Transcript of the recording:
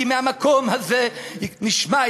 כי מהמקום הזה נשמע,